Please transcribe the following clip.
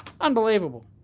Unbelievable